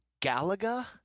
Galaga